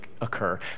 occur